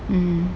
mm